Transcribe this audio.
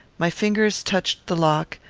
my fingers touched the lock,